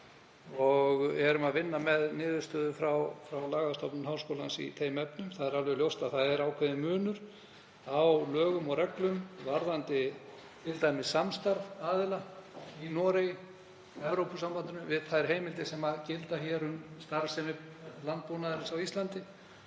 og erum að vinna með niðurstöðu frá Lagastofnun Háskóla Íslands í þeim efnum. Það er alveg ljóst að það er ákveðinn munur á lögum og reglum varðandi t.d. samstarf aðila í Noregi, Evrópusambandinu, við þær heimildir sem gilda um starfsemi landbúnaðarins á Íslandi.